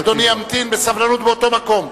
אדוני ימתין בסבלנות באותו מקום.